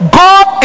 god